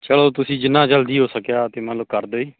ਚਲੋ ਤੁਸੀਂ ਜਿੰਨਾ ਜਲਦੀ ਹੋ ਸਕਿਆ ਤੇ ਮੰਨ ਲਓ ਕਰ ਦਿਓ ਜੀ